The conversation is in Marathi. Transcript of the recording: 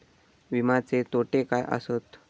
विमाचे तोटे काय आसत?